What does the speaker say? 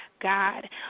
God